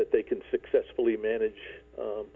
that they can successfully manage